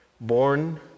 Born